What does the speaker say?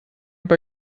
bei